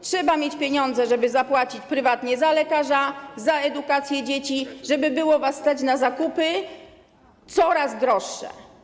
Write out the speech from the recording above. Trzeba mieć pieniądze, żeby zapłacić prywatnie za lekarza, za edukację dzieci, żeby było was stać na zakupy, coraz droższe.